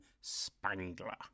spangler